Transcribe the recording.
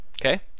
Okay